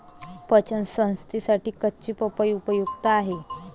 पचन संस्थेसाठी कच्ची पपई उपयुक्त आहे